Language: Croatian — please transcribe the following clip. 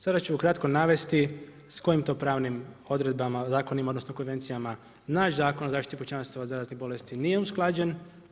Sada ću ukratko navesti s kojim to pravnim odredbama, zakonima odnosno konvencijama naš Zakon o zaštiti pučanstva od zaraznih bolesti nije usklađen.